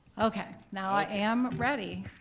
okay, now i am ready.